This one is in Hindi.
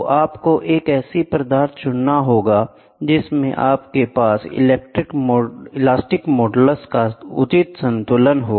तो आपको एक ऐसी पदार्थ चुनना होगी जिसमें आपके पास इलास्टिक मॉडल्स का उचित संतुलन हो